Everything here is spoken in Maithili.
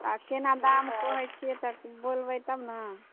आ केना दाम कहैत छियै तऽ बोलबै तब ने